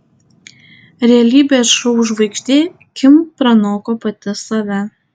realybės šou žvaigždė kim pranoko pati save